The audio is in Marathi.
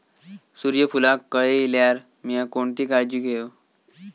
सूर्यफूलाक कळे इल्यार मीया कोणती काळजी घेव?